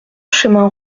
chemin